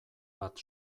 bat